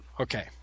okay